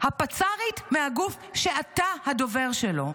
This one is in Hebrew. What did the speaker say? הפצ"רית מהגוף שאתה הדובר שלו,